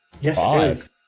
Yes